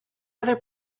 other